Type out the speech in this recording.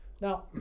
Now